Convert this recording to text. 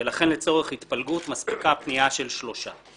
ולכן לצורך התפלגות מספיקה פנייה של שלושה.